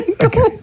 Okay